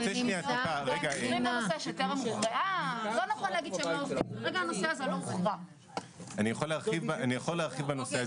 יכול להרחיב בנושא הזה,